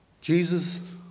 Jesus